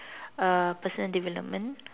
uh person development